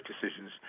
decisions